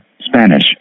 Spanish